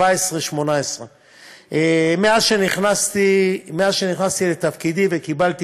2018-2017. מאז שנכנסתי לתפקידי וקיבלתי